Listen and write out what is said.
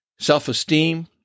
self-esteem